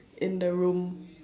in the room